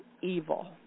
evil